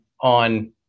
on